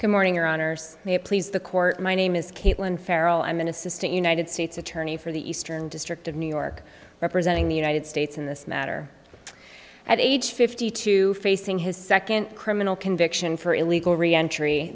good morning your honour's may please the court my name is caitlin farrel i'm an assistant united states attorney for the eastern district of new york representing the united states in this matter at age fifty two facing his second criminal conviction for illegal re entry